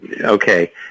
okay